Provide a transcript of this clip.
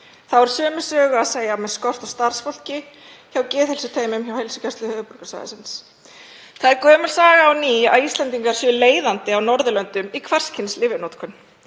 Þá er sömu sögu að segja með skort á starfsfólki hjá geðheilsuteymum hjá Heilsugæslu höfuðborgarsvæðisins. Það er gömul saga og ný að Íslendingar séu leiðandi á Norðurlöndum í hvers kyns lyfjanotkun.